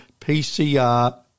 PCR